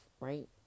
right